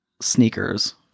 sneakers